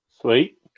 Sweet